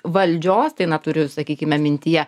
valdžios tai na turiu sakykime mintyje